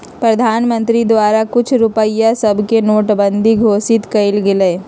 प्रधानमंत्री द्वारा कुछ रुपइया सभके नोटबन्दि घोषित कएल गेलइ